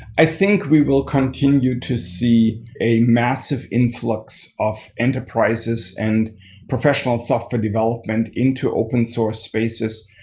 i think we will continue to see a massive influx of enterprises and professional software development into open source spaces,